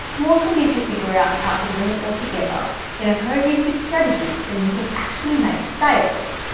you also need to figure out how to bring it all together in a cohesive strategy so you can actually make sales.